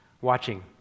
watching